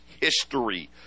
history